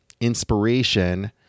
inspiration